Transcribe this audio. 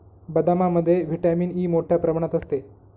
बदामामध्ये vitamin E मोठ्ठ्या प्रमाणात असते